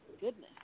Goodness